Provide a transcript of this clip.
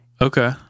Okay